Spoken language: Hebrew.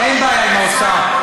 אין בעיה עם האוצר,